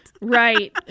right